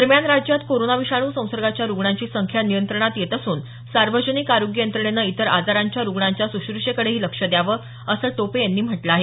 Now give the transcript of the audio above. दरम्यान राज्यात कोरोना विषाणू संसर्गाच्या रुग्णांची संख्या नियंत्रणात येत असून सार्वजनिक आरोग्य यंत्रणेनं इतर आजारांच्या रुग्णांच्या सुश्रषेकडेही लक्ष द्यावं असं टोपे यांनी म्हटलं आहे